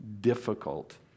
difficult